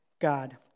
God